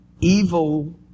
evil